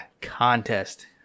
Contest